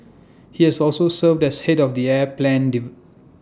he has also served as Head of the air plan de